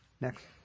next